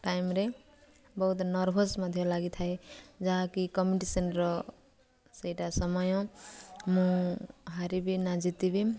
ଟାଇମ୍ରେ ବହୁତ ନର୍ଭସ୍ ମଧ୍ୟ ଲାଗିଥାଏ ଯାହାକି କମ୍ପିଟିସନ୍ ସେଇଟା ସମୟ ମୁଁ ହାରିବି ନା ଜିତିବି